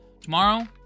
Tomorrow